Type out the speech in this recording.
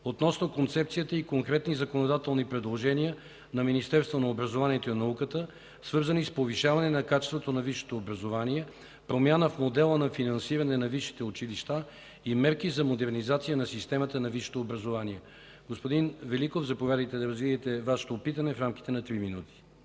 относно концепцията и конкретни законодателни предложения на Министерство на образованието и науката, свързани с повишаване на качеството на висшето образование, промяна в модела на финансиране на висшите училища и мерки за модернизация на системата на висшето образование. Господин Великов, заповядайте да развиете Вашето питане в рамките на три минути.